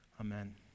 Amen